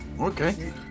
Okay